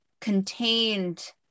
contained